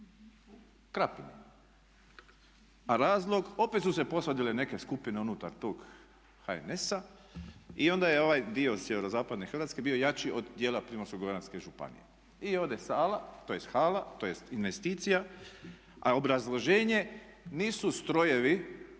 Krapini. A razlog, opet su se posvađale neke skupine unutar tog HNS-a i onda je ovaj dio sjeverozapadne Hrvatske bio jači od dijela Primorsko-goranske županije. I ode hala tj. investicija, a obrazloženje nisu strojevi